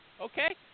Okay